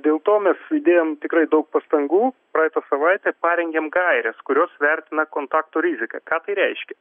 dėl to mes įdėjom tikrai daug pastangų praeitą savaitę parengėm gaires kurios vertina kontaktų riziką ką tai reiškia